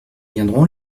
viendront